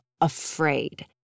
afraid